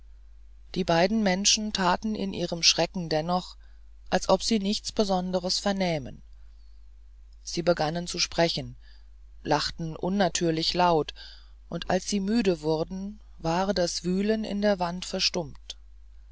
die beiden menschen taten in ihrem schrecken dennoch als ob sie nichts besonderes vernähmen sie begannen zu sprechen lachten unnatürlich laut und als sie müde wurden war das wühlen in der wand verstummt